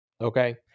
Okay